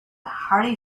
hearty